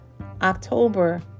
October